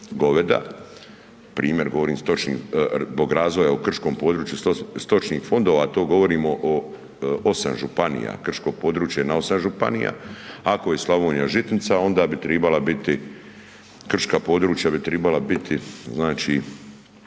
goveda, primjer govorim, stočnog razvoja u krškom području stočnih fondova to govorimo o 8 županija, krško područje je na 8 županija, ako je Slavonija žitnica onda bi tribala biti, krška područja bi tribala biti znači